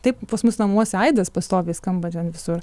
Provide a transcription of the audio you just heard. taip pas mus namuose aidas pastoviai skamba ten visur